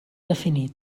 definit